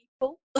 people